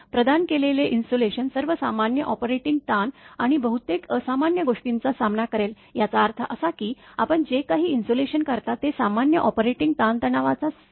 प्रदान केलेले इन्सुलेशन सर्व सामान्य ऑपरेटिंग ताण आणि बहुतेक असामान्य गोष्टींचा सामना करेल याचा अर्थ असा की आपण जे काही इन्सुलेशन करता ते सामान्य ऑपरेटिंग ताण तणावाचा सामना करेल